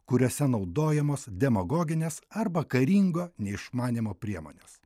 kuriuose naudojamos demagoginės arba karingo neišmanymo priemonės